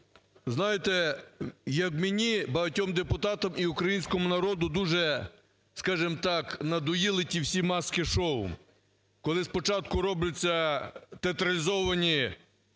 Знаєте, як мені, багатьом депутатам і українському народу дуже, скажемо так, надоїли ті всі маски-шоу, коли спочатку робляться театралізовані